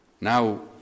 now